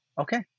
Okay